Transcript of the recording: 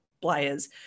players